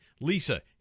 Lisa